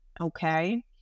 Okay